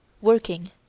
working